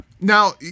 Now